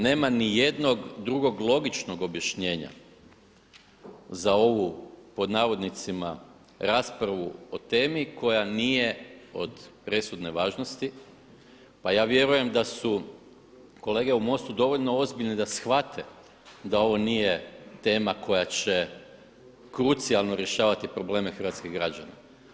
Nema nijednog drugog logičnog objašnjenja za ovu pod navodnicima „raspravu“ o temi koja nije od presudne važnosti pa ja vjerujem da su kolege u MOST-u dovoljno ozbiljne da shvate da ovo nije tema koja će krucijalno rješavati probleme hrvatskih građana.